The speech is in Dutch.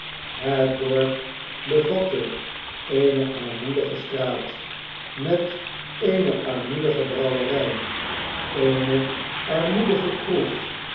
het dorp bevatte eene armoedige straat met eene armoedige brouwerjj eene armoedige kroeg